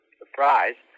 surprise